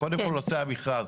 קודם כל נושא המכרז,